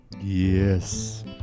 Yes